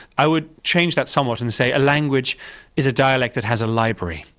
i would change that somewhat and say a language is a dialect that has a library.